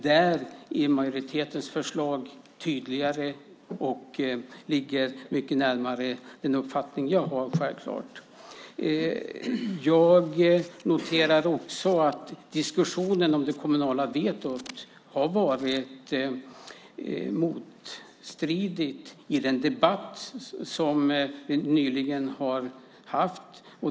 Där är majoritetens förslag tydligare, och det ligger mycket närmare den uppfattning jag har, självklart. Jag noterar också att diskussionen om det kommunala vetot har varit motstridig i den debatt som vi nyligen har haft.